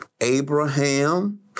Abraham